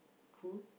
cool